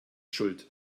schuld